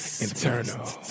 internal